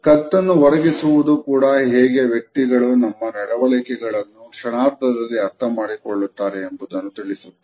ಕತ್ತನ್ನು ಒರಗಿಸುವುದು ಕೂಡ ಹೇಗೆ ವ್ಯಕ್ತಿಗಳುನಮ್ಮ ನಡವಳಿಕೆಗಳನ್ನು ಕ್ಷಣಾರ್ಧದಲ್ಲಿ ಅರ್ಥ ಮಾಡಿಕೊಳ್ಳುತ್ತಾರೆ ಎಂಬುದನ್ನು ತಿಳಿಸುತ್ತದೆ